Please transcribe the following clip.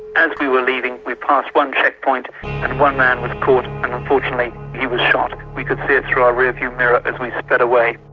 as we were leaving we passed one checkpoint and one man was caught and unfortunately he was shot. we could see it through our rear-view mirror as we sped away.